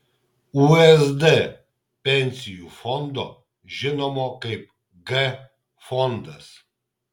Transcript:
usd pensijų fondo žinomo kaip g fondas